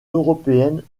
européenne